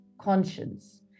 conscience